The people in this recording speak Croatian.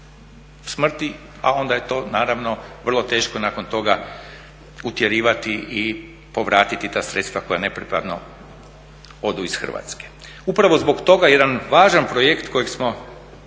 a onda je to naravno vrlo teško nakon toga utjerivati i povratiti ta sredstava koja nepripadno odu iz Hrvatske. Upravo zbog toga jedan važan projekt kojeg smo